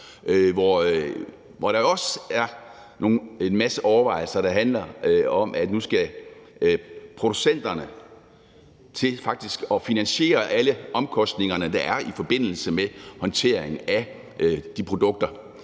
er der jo også en masse overvejelser, der handler om, at producenterne nu faktisk skal til at finansiere alle omkostningerne, der er i forbindelse med håndteringen af de produkter,